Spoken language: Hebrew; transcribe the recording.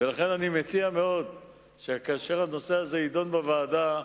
ולכן אני מציע מאוד שכאשר הנושא הזה יידון בוועדה,